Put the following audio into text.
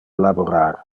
laborar